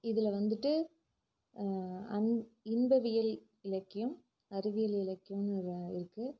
இதில் வந்துட்டு அன் இன்பவியல் இலக்கியம் அறிவியல் இலக்கியங்கிற இருக்குது